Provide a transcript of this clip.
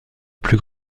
plus